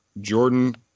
Jordan